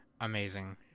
amazing